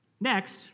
Next